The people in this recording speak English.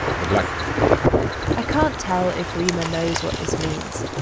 the black prison i can't tell if reema knows what this means,